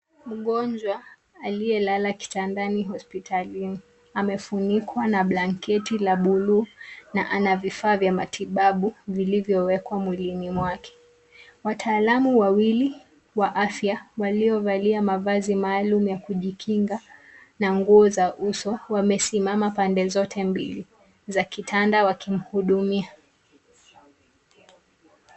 Mgonjwa alioyelala kitandani hospitalini amefunikwa na blanketi la buluu na ana vifaa vya matibabu vilivyowekwa mwilini mwake. Wataalamu wawili wa afya waliovalia mavazi maalum aya kujikinga na nguo za uso wamesimama pande zote mbili za kitanda wakimhudumia.